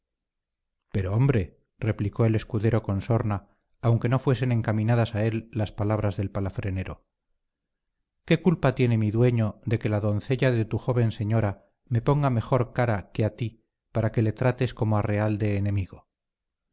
pero hombre replicó el escudero con sorna aunque no fuesen encaminadas a él las palabras del palafrenero qué culpa tiene mi dueño de que la doncella de tu joven señora me ponga mejor cara que a ti para que le trates como a real de enemigo